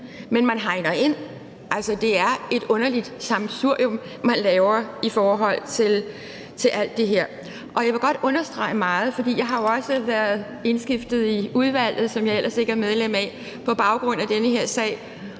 men man hegner ind. Altså, det er et underligt sammensurium, man laver i forhold til alt det her, og jeg vil godt understrege meget – for jeg har jo også været indskiftet i udvalget, som jeg ellers ikke er medlem af, på baggrund af den her sag